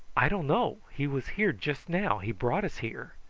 i don't know. he was here just now. he brought us here.